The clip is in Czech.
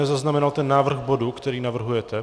Nezaznamenal jsem ten návrh bodu, který navrhujete.